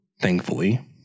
thankfully